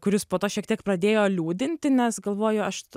kuris po to šiek tiek pradėjo liūdinti nes galvoju aš